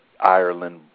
Ireland